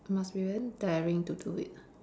must be very daring to do it